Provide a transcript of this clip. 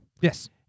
Yes